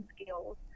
skills